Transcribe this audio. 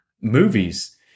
movies